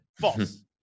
False